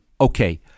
Okay